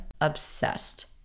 obsessed